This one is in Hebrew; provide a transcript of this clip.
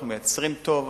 אנחנו מייצרים טוב,